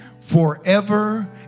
forever